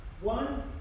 One